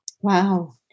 Wow